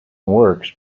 works